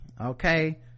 okay